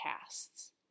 Casts